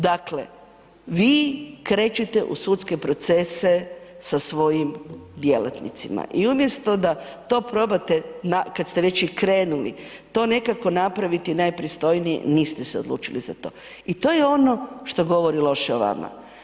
Dakle vi krećete u sudske procese sa svojim djelatnicima i umjesto da to probate kada ste već i krenuli to nekako napraviti najpristojnije, niste se odlučili za to i to je ono što govori loše o vama.